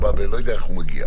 אני לא יודע איך הוא מגיע.